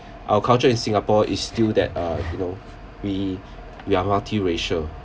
our culture in singapore is still that uh you know we we are multiracial